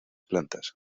plantas